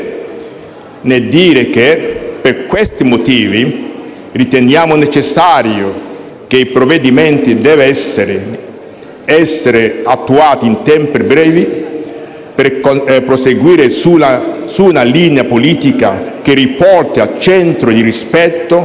nel dire che, per questi motivi, riteniamo necessario che il provvedimento sia attuato in tempi brevi per proseguire su una linea politica che riporti al centro il rispetto